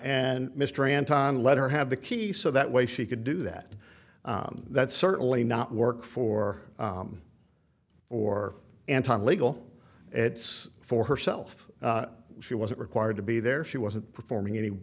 and mr anton let her have the key so that way she could do that that certainly not work for him or anton legal it's for herself she wasn't required to be there she wasn't performing any